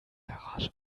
garage